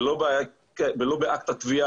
ולא בתביעה,